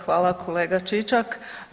Hvala kolega Čičak.